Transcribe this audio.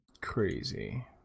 Crazy